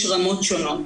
יש בהם רמות שונות.